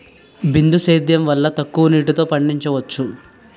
బిందు సేద్యం వల్ల తక్కువ నీటితో పండించవచ్చు